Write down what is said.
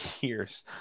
years